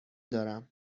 دارم